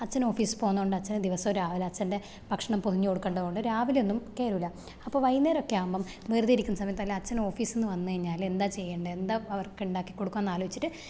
അച്ഛന് ഓഫീസിൽ പോകുന്നത് കൊണ്ട് അച്ഛന് ദിവസോം രാവിലെ അച്ഛൻ്റെ ഭക്ഷണം പൊതിഞ്ഞ് കൊടുക്കേണ്ടത് കൊണ്ട് രാവിലെയൊന്നും കയറില്ല അപ്പം വൈകുന്നേരമൊക്കെ ആകുമ്പം വെറുതെ ഇരിക്കുന്ന സമയത്തെല്ലാം അച്ഛൻ ഓഫീസിന്ന് വന്ന് കഴിഞ്ഞാൽ എന്താ ചെയ്യേണ്ടേ എന്താ അവർക്ക് ഉണ്ടാക്കി കൊടുക്കാന്ന് ആലോചിച്ചിട്ട്